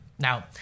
Now